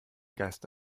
geiste